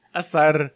Asar